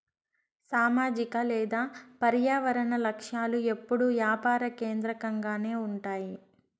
సామాజిక లేదా పర్యావరన లక్ష్యాలు ఎప్పుడూ యాపార కేంద్రకంగానే ఉంటాయి